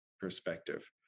perspective